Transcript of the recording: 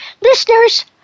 Listeners